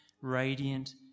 radiant